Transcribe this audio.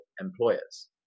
employers